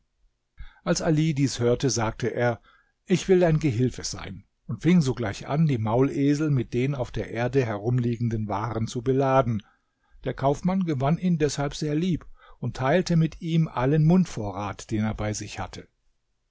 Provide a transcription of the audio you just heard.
als ali dies hörte sagte er ich will dein gehilfe sein und fing sogleich an die maulesel mit den auf der erde herumliegenden waren zu beladen der kaufmann gewann ihn deshalb sehr lieb und teilte mit ihm allen mundvorrat den er bei sich hatte